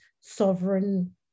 sovereign